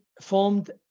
formed